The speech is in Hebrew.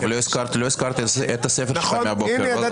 לא הזכרת את הספר שכתבת.